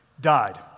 died